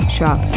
Shop